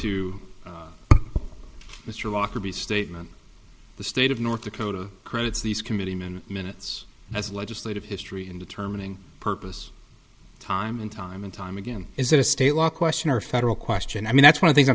to mr lockerbie statement the state of north dakota credits these committeeman minutes as legislative history in determining purpose time and time and time again is that a state law question or federal question i mean that's why i think